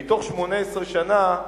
מתוך 18 שנה,